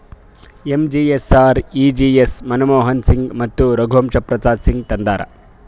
MGNREGA Manmohan Singh ಮತ್ತ ರಘುವಂಶ ಪ್ರಸಾದ್ ಸಿಂಗ್ ತಂದಾರ್